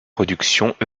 productions